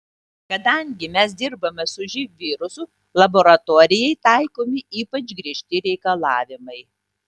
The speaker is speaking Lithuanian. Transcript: kadangi mes dirbame su živ virusu laboratorijai taikomi ypač griežti reikalavimai